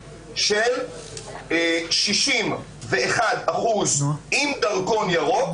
61% עם תו ירוק,